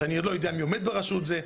שאני עוד לא יודע מי עומד בראשות זה,